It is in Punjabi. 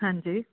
ਹਾਂਜੀ